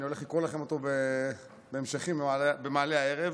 ואני הולך לקרוא לכם אותו בהמשכים במעלה הערב.